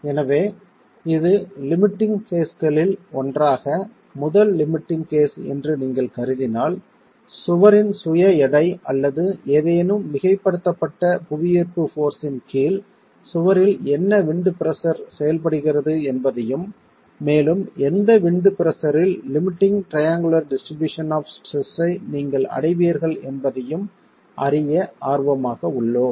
எனவே இது லிமிட்டிங் கேஸ்களில் ஒன்றாக முதல் லிமிட்டிங் கேஸ் என்று நீங்கள் கருதினால் சுவரின் சுய எடை அல்லது ஏதேனும் மிகைப்படுத்தப்பட்ட புவியீர்ப்பு போர்ஸ் யின் கீழ் சுவரில் என்ன விண்ட் பிரஷர் செயல்படுகிறது என்பதையும் மேலும் எந்த விண்ட் பிரஷர்ரில் limiting triangular distribution of stress ஐ நீங்கள் அடைவீர்கள் என்பதையும் அறிய ஆர்வமாக உள்ளோம்